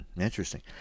Interesting